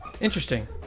Interesting